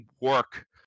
work